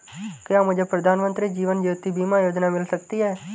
क्या मुझे प्रधानमंत्री जीवन ज्योति बीमा योजना मिल सकती है?